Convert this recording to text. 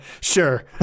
sure